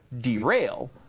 derail